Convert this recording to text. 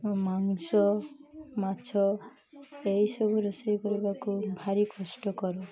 ମାଂସ ମାଛ ଏଇସବୁ ରୋଷେଇ କରିବାକୁ ଭାରି କଷ୍ଟକର